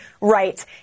right